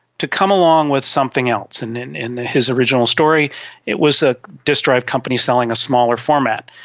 to come along with something else. and in in his original story it was a disk drive company selling a smaller format.